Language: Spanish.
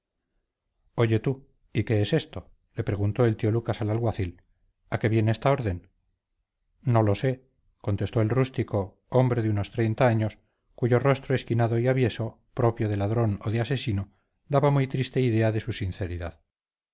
oye tú y qué es esto le preguntó el tío lucas al alguacil a qué viene esta orden no lo sé contestó el rústico hombre de unos treinta años cuyo rostro esquinado y avieso de ladrón o de asesino daba muy triste idea de su sinceridad